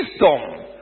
wisdom